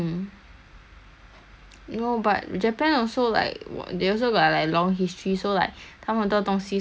no but japan also like wh~ they also got like long history so like 他们的东西是 like pass down 的 then it's like